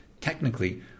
technically